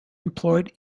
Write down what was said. employed